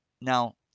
now